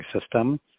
system